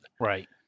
Right